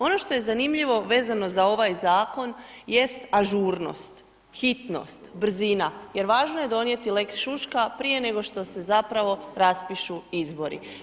Ono što je zanimljivo, vezano za ovaj zakon, jest ažurnost, hitnost, brzina, jer važno je donijeti lex šuška, prije nego što se zapravo raspišu izbori.